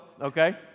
okay